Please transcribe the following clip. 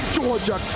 Georgia